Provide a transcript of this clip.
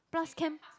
plus camp